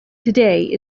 today